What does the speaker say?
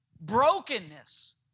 brokenness